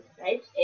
right